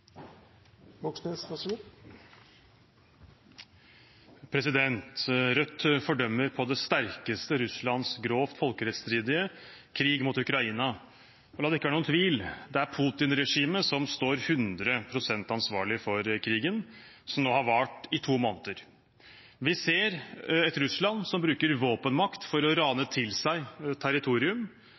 Rødt fordømmer på det sterkeste Russlands grovt folkerettsstridige krig mot Ukraina. La det ikke være noen tvil: Det er Putin-regimet som står 100 pst. ansvarlig for krigen, som nå har vart i to måneder. Vi ser et Russland som bruker våpenmakt for å rane til seg territorium,